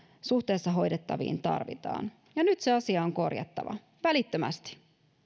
suhteessa hoidettaviin tarvitaan ja nyt se asia on korjattava välittömästi